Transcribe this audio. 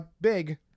big